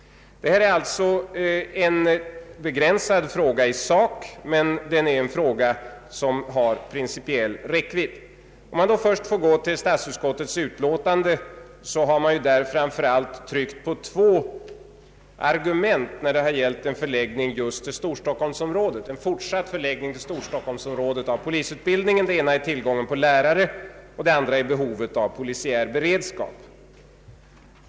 Detta är alltså en begränsad fråga i sak, men det är en fråga som har principiell räckvidd. I statsutskottets utlåtande har man framför allt tryckt på två argument när det har gällt en fortsatt förläggning till Storstockholmsområdet av polisutbildningen. Det ena argumentet är tillgången på lärare, och det andra är be hovet av polisiär beredskap.